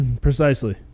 precisely